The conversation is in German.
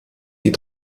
die